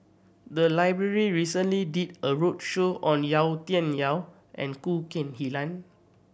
the library recently did a roadshow on Yau Tian Yau and Khoo Kay Hian